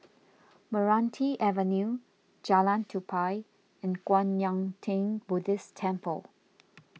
Meranti Avenue Jalan Tupai and Kwan Yam theng Buddhist Temple